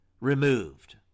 removed